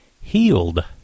Healed